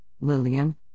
Lillian